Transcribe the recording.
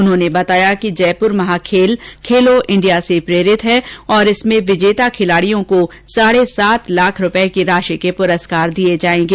उन्होंने बताया कि जयप्र महाखेल खेलो इंडिया से प्रेरित है और इसमें विजेता खिलाडियों को साढे सात लाख रूपए की राषि के पुरस्कार दिये जायेंगे